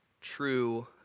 True